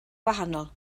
wahanol